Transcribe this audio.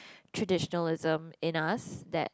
traditionalism in us that